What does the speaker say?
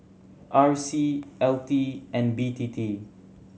R C L T and B T T